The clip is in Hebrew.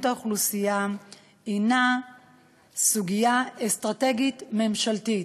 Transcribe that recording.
האוכלוסייה היא סוגיה אסטרטגית ממשלתית.